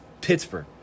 Pittsburgh